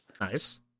Nice